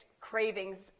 cravings